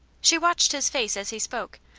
she watched his face as he spoke,